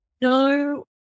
no